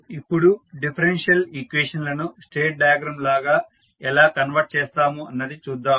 ఇప్పుడు differential equations లను state diagram లాగా ఎలా కన్వర్ట్ చేస్తాము అన్నది చూద్దాము